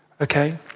Okay